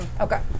Okay